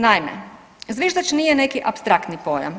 Naime, zviždač nije neki apstraktni pojam.